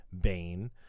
Bane